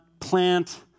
plant